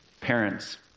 parents